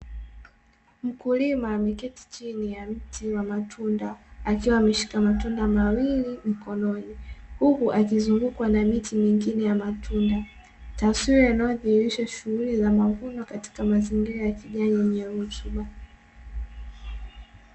Mkulima ameketi chini ya mti wa matunda, akiwa ameshika matunda mawili mkononi, huku akizungukwa na miti mingine ya matunda, taswira inayodhihirisha shughuli za mavuno katika mazingira ya kijani, yenye rutuba.